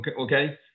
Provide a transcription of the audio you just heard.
okay